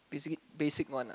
basically basic one lah